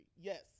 Yes